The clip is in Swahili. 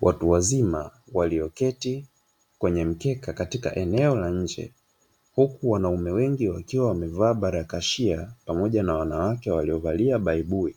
Watu wazima walioketi kwenye mkeka katika eneo la nje huku wanaume wengi wakiwa wamevaa barakashia pamoja na wanawake waliovalia baibui